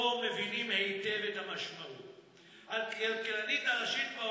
ואבקשכם לאשרה בנוסח שאישרה הוועדה בקריאה השנייה ובקריאה השלישית.